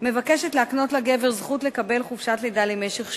מבקשת להקנות לגבר זכות לקבל חופשת לידה למשך שבועיים,